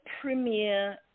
premier